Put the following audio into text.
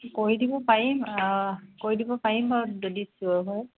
কৰি দিব পাৰিম কৰি দিব পাৰিম বাৰু যদি ছিয়ৰ হয়